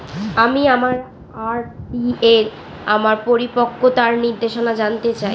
আমি আমার আর.ডি এর আমার পরিপক্কতার নির্দেশনা জানতে চাই